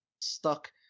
stuck